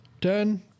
Ten